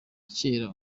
kera